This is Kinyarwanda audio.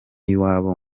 iwabo